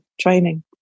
training